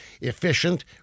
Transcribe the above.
efficient